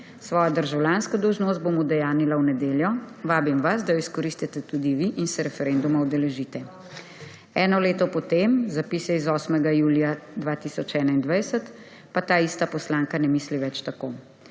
Svojo državljansko dolžnost bom udejanjila v nedeljo. Vabim vas, da jo izkoristite tudi vi in se referenduma udeležite.« Eno leto po tem zapisu z 8. julija 2021 pa ta ista poslanka ne misli več tako.